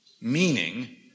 meaning